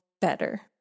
better